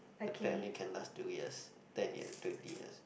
the pet only can last two years then you have twenty years